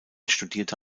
studierte